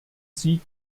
sie